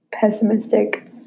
pessimistic